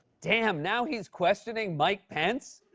damn. now he's questioning mike pence?